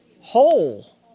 whole